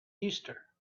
easter